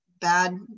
bad